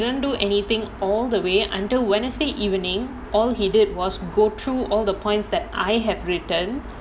he didn't do anything all the way until wednesday evening all he did was go through all the points that I have written